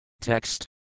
Text